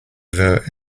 vote